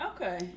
Okay